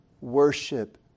worship